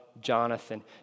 Jonathan